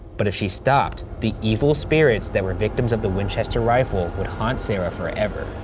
but if she stopped, the evil spirits that were victims of the winchester rifle would haunt sarah forever.